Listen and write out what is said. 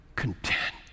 content